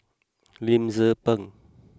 Lim Tze Peng